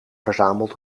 verzameld